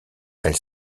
elle